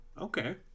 Okay